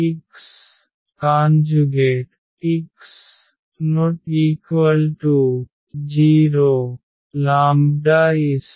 ⇒λ real